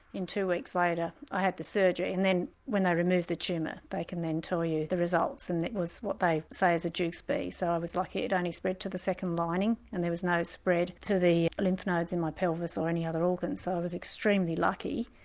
in two weeks later i had the surgery, and then when they removed the tumour they can then tell you the results and it was what they say is a dukes b, so i was lucky it only spread to the second lining and there was no spread to the lymph nodes in my pelvis or any other organs. so i was extremely lucky.